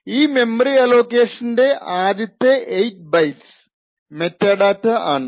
ഈ മെമ്മറി അലോക്കേഷൻറെ ആദ്യത്തെ 8 ബൈറ്റ്സ് മെറ്റാഡാറ്റ ആണ്